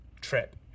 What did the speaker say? Trip